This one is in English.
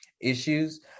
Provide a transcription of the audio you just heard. issues